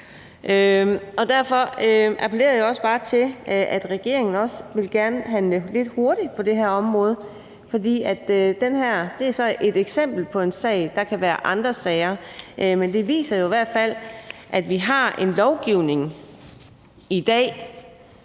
Derfor appellerer jeg også bare til, at regeringen også gerne vil handle lidt hurtigt på det her område, for det her er så et eksempel på en sag – der kan være andre sager – der jo i hvert fald viser, at vi har en lovgivning i dag,